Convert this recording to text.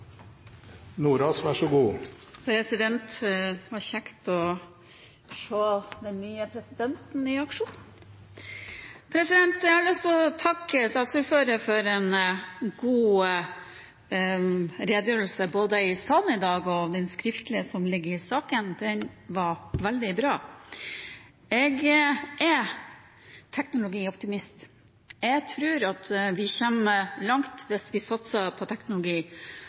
Det var hyggelig å se den nye presidenten i aksjon. Jeg har lyst til å takke saksordføreren for en god redegjørelse både i salen i dag og i den skriftlige som ligger i saken. Den var veldig bra. Jeg er teknologioptimist. Jeg tror vi kommer langt hvis vi satser på teknologi,